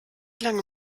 lange